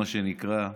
מה שנקרא,